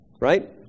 right